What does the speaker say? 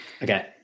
Okay